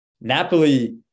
Napoli